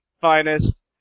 finest